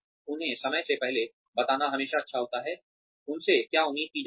उन्हें समय से पहले बताना हमेशा अच्छा होता है उनसे क्या उम्मीद की जाती है